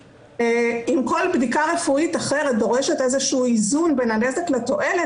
אם כל בדיקה רפואית אחרת דורשת איזה שהוא איזון בין הנזק לתועלת,